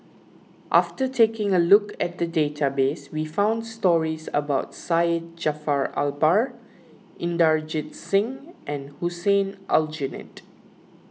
after taking a look at the database we found stories about Syed Jaafar Albar Inderjit Singh and Hussein Aljunied